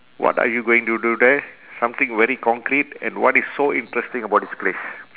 what are you going to do there something very concrete and what is so interesting about this place